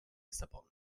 lissabon